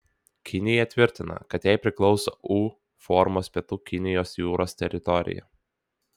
kinija tvirtina kad jai priklauso u formos pietų kinijos jūros teritorija